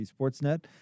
Sportsnet